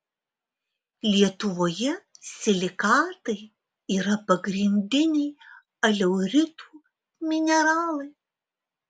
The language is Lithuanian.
lietuvoje silikatai yra pagrindiniai aleuritų mineralai